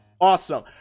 Awesome